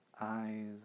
Eyes